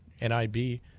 NIB